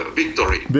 victory